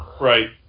Right